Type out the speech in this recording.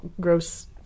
gross